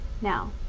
Now